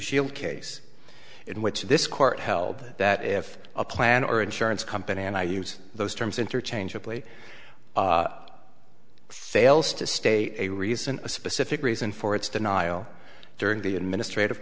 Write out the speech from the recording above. shield case in which this court held that if a plan or insurance company and i use those terms interchangeably sales to stay a reason a specific reason for its denial during the administrative